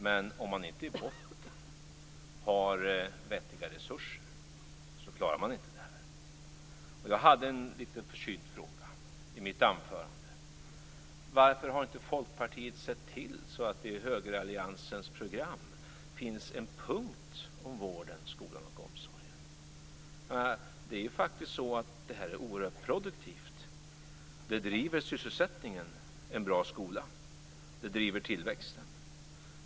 Men om man inte i botten har vettiga resurser klarar man inte det här. Jag hade en försynt fråga i mitt anförande: Varför har inte Folkpartiet sett till att det i högeralliansens program finns en punkt om vården, skolan och omsorgen? Det här är ju oerhört produktivt. En bra skola driver sysselsättningen och driver tillväxten.